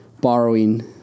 borrowing